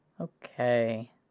okay